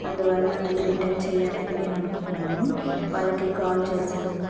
అందువలన అది రిటన్ చెయ్యాలని నేను అనుకున్నాను వాళ్ళకి కాల్ చేశాను